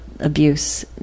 Abuse